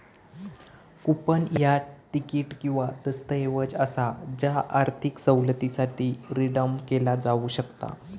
coupon ह्या ticket किंवा दस्तऐवज असा ज्या आर्थिक सवलतीसाठी रिडीम केला जाऊ शकता